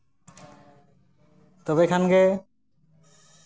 ᱛᱚᱵᱮ ᱠᱷᱟᱱ ᱜᱮ